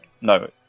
No